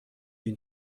این